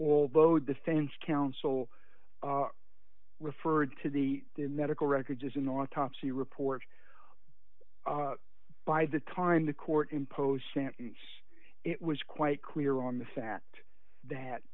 although defense counsel referred to the medical records as an autopsy report by the time the court imposed sentence it was quite clear on the fact that